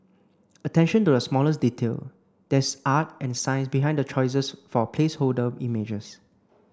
attention to the smallest detail There is art and science behind the choices for placeholder images